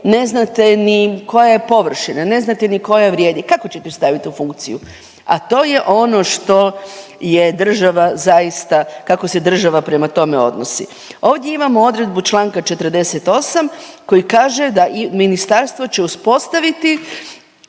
ne znate ni koja je površina, ne znate ni koliko vrijedi. Kako ćete je staviti u funkciju? A to je ono što je država zaista, kako se država prema tome odnosi. Ovdje imamo odredbu članka 48. koji kaže da ministarstvo će uspostaviti